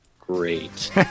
Great